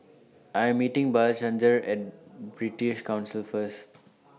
I Am meeting Blanchard At British Council First